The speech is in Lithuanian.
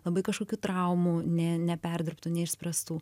labai kažkokių traumų nė neperdirbtų neišspręstų